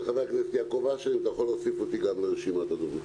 אם אתה יכול להוסיף אותי גם לרשימת הדוברים.